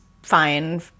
Fine